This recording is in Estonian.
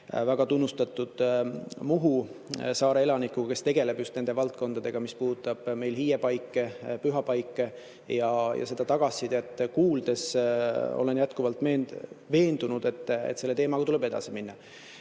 väga tunnustatud elanikuga, kes tegeleb just nende valdkondadega, mis puudutavad hiiepaiku, pühapaiku, ja olles seda tagasisidet kuulnud, olen jätkuvalt veendunud, et selle teemaga tuleb edasi minna.